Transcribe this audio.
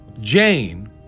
Jane